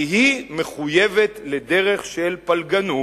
כי היא מחויבת לדרך של פלגנות,